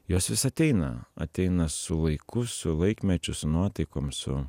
jos vis ateina ateina su laiku su laikmečiu su nuotaikom su